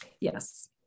Yes